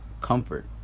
comfort